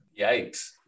Yikes